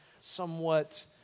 somewhat